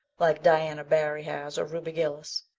like diana barry has or ruby gillis.